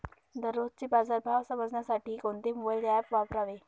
दररोजचे बाजार भाव समजण्यासाठी कोणते मोबाईल ॲप वापरावे?